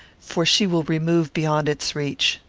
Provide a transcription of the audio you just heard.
for she will remove beyond its reach.